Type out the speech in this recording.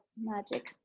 magic